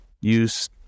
use